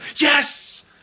yes